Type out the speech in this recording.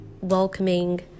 welcoming